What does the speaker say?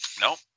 Nope